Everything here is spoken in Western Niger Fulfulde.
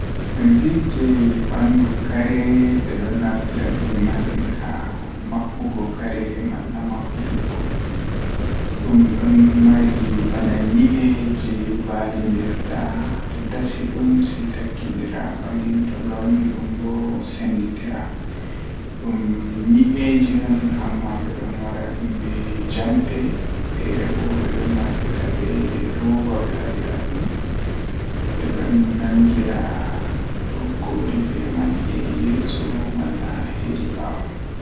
Jamanu ko saali be jamanu jotta feerotiri masin, Eh dalila bo kanjum woni naane be jamanu jooni ko dume hoiti naa ba naane kujeeji jei nane gada daya satodo amma jooni hundeeji man gaba daya hoyi ko a andi fuu.